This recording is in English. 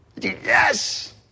Yes